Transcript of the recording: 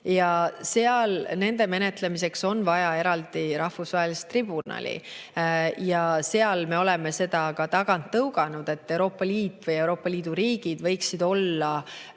Nende menetlemiseks on vaja eraldi rahvusvahelist tribunali. Ja seal me oleme seda ka tagant tõuganud, et Euroopa Liit või Euroopa Liidu riigid võiksid olla